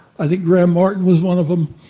i think graham martin was one of em.